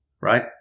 right